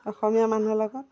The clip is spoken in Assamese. অসমীয়া মানুহৰ লগত